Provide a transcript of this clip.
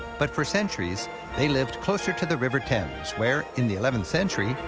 but for centuries they lived closer to the river thames. where, in the eleventh century,